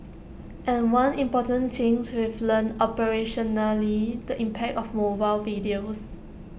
and one important things we've learnt operationally the impact of mobile videos